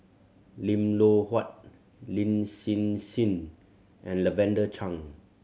Lim Loh Huat Lin Hsin Hsin and Lavender Chang